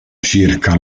circa